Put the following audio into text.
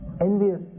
envious